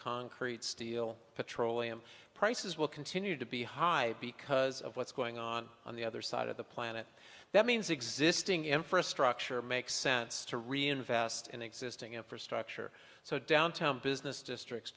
concrete steel petroleum prices will continue to be high because of what's going on on the other side of the planet that means existing infrastructure makes sense to reinvest in existing infrastructure so downtown business districts